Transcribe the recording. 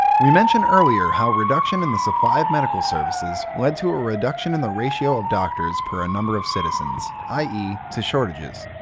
we mentioned earlier how reduction in the supply of medical services led to a reduction in the ratio of doctors per a number of citizens, i e. to shortages.